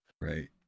Right